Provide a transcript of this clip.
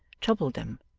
troubled them.